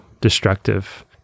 destructive